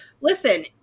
listen